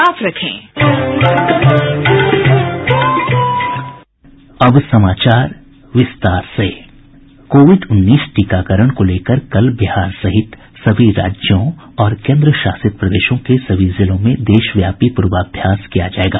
sound bite COVID उन्नीस टीकाकरण को लेकर कल बिहार सहित सभी राज्यों और केंद्र शासित प्रदेशों के सभी जिलों में देशव्यापी पूर्वाभ्यास किया जाएगा